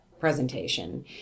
presentation